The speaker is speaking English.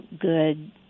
good